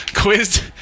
Quiz